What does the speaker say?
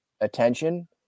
attention